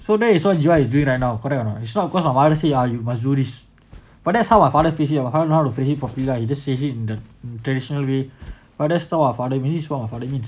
so now you as long as you are what is doing right now correct or not it's not cause of my father say ya you you must do this but that's how our father face it or or how to face it popular he just say it in the traditional way this is not ya